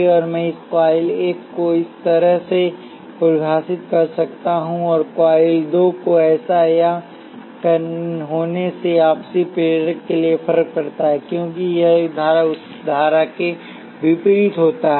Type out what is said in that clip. अब मैं कॉइल 1 को इस तरह से परिभाषित कर सकता हूं और कॉइल 2 को ऐसा या ऐसा होने से आपसी प्रेरक के लिए फर्क पड़ता है क्योंकि यह धारा उस धारा के विपरीत होता है